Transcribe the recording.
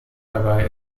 dabei